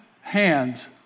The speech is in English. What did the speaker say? hands